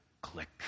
click